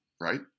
right